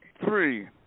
three